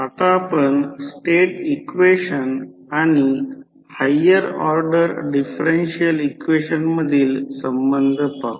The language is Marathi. आता आपण स्टेट इक्वेशन आणि हायर ऑर्डर डिफरेन्शियल इक्वेशन मधील संबंध पाहू